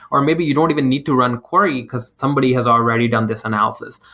or maybe you don't even need to run query, because somebody has already done this analysis.